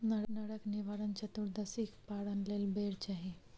नरक निवारण चतुदर्शीक पारण लेल बेर चाही